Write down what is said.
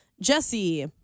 Jesse